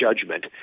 judgment